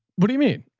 what do you mean?